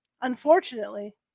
Unfortunately